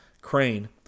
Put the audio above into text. Crane